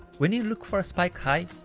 when you look for a spike high,